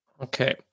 Okay